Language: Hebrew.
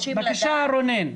בבקשה, רונן.